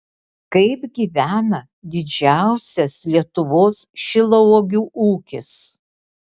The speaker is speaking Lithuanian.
kaip gyvena didžiausias lietuvos šilauogių ūkis